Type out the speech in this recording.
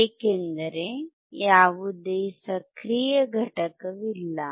ಏಕೆಂದರೆ ಯಾವುದೇ ಸಕ್ರಿಯ ಘಟಕವಿಲ್ಲ